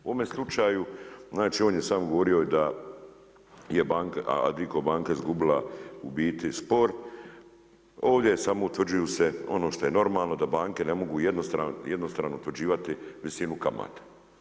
U ovom slučaju, znači on je samo govorio da je Adico banka izgubila u biti spor, ovdje samo utvrđuju se ono što je normalno da banke ne mogu jednostrano utvrđivati visinu kamata.